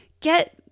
get